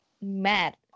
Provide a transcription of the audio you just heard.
mad